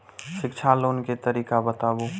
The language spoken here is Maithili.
शिक्षा लोन के तरीका बताबू?